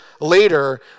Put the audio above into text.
later